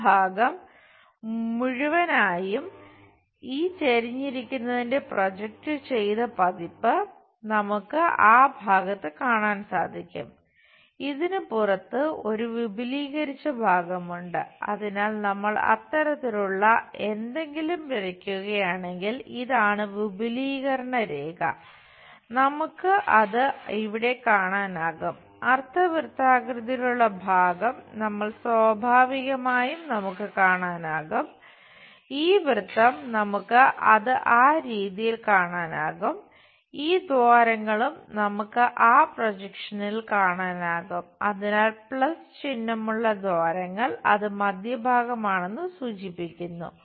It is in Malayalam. ഈ ഭാഗം മുഴുവനായും ഈ ചെരിഞ്ഞിരിക്കുന്നതിന്റെ പ്രൊജക്റ്റുചെയ്ത ചിഹ്നമുള്ള ദ്വാരങ്ങൾ അത് മധ്യഭാഗം ആണെന്ന് സൂചിപ്പിക്കുന്നു